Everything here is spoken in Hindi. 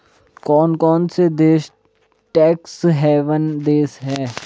कौन कौन से देश टैक्स हेवन देश हैं?